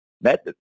met